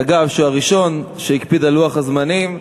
אגב, הוא הראשון שהקפיד על לוח הזמנים.